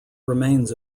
remains